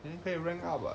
then 可以 rank up [what]